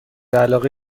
علاقه